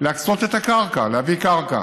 להקצות את הקרקע, להביא קרקע.